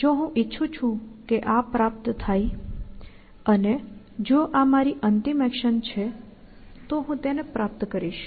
જો હું ઇચ્છું છું કે આ પ્રાપ્ત થાય અને જો આ મારી અંતિમ એક્શન છે તો હું તેને પ્રાપ્ત કરીશ